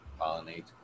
pollinate